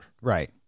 Right